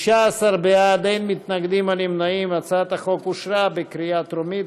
ההצעה להעביר את הצעת חוק בתי-המשפט (תיקון מס' 90) (מינוי מומחה מטעם